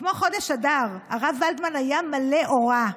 כמו חודש אדר, הרב ולדמן היה מלא אורה.